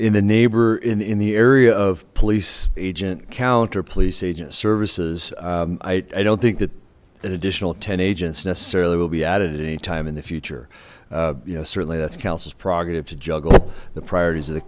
the neighbor in in the area of police agent count or police agent services i don't think that an additional ten agents necessarily will be added at any time in the future you know certainly that's council's prerogative to juggle the priorities of the